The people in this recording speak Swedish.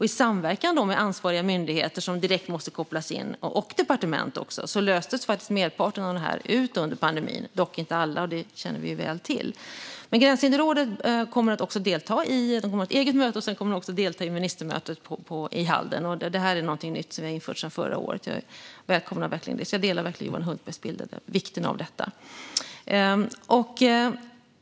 I samverkan med ansvariga myndigheter, som direkt måste kopplas in, och departement löstes faktiskt merparten av dem under pandemin - dock inte alla, vilket vi väl känner till. Gränshinderrådet kommer att ha ett eget möte och sedan delta vid ministermötet i Halden. Det här är någonting nytt som vi har infört sedan förra året och som jag verkligen välkomnar. Jag delar Johan Hultbergs bild av vikten av detta.